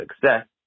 success